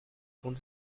von